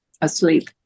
asleep